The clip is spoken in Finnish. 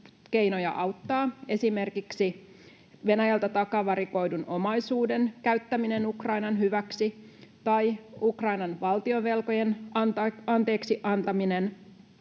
keinoja auttaa, esimerkiksi Venäjältä takavarikoidun omaisuuden käyttäminen Ukrainan hyväksi tai Ukrainan valtionvelkojen anteeksi antaminen.